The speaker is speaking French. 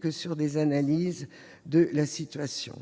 que sur des analyses de la situation.